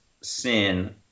sin